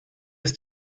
ist